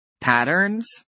Patterns